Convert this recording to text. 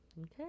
Okay